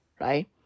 right